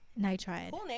nitride